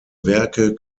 werke